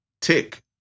tick